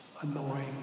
annoying